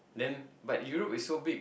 then but Europe is so big